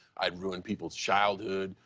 i'd ruined people's childhood.